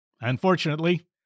Unfortunately